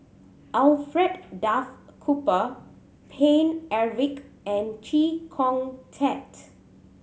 Alfred Duff Cooper Paine Eric and Chee Kong Tet